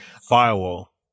firewall